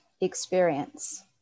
Experience